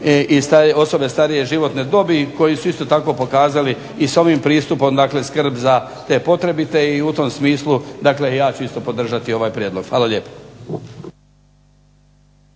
i osobe starije životne dobi koji su isto tako pokazali i sa ovim pristupom dakle skrb za te potrebite. I u tom smislu, dakle i ja ću isto podržati ovaj prijedlog. Hvala lijepo.